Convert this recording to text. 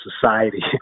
society